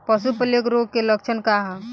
पशु प्लेग रोग के लक्षण का ह?